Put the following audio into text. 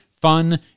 fun